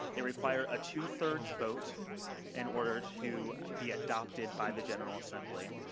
they require a two-thirds vote in order to be adopted by the general assembly.